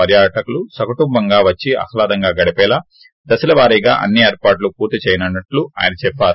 పర్యాటకులు సకుటుంబంగా వచ్చి ఆహ్లాదంగా గడిపేలా దశలవారీగా అన్నీ ఏర్పాట్లు పూర్తి చేయనున్నట్లు ఆయన చెప్పారు